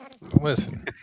Listen